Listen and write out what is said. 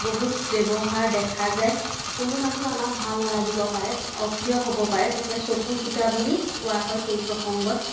বহুত ব্যৱহাৰ দেখা যায় কোনো মানুহ আমাৰ ভাল নালাগিব পাৰে অপ্ৰিয় হ'ব পাৰে তেতিয়া চকুৰ কুটা বুলি কোৱা হয় সেই প্ৰসংগত